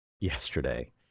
yesterday